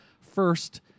first